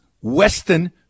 Western